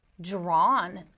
drawn